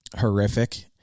horrific